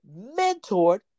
mentored